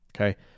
Okay